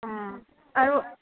আৰু